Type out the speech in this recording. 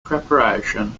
preparation